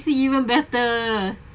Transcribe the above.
see you in battle